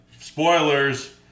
Spoilers